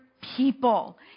people